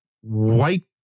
white